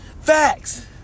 Facts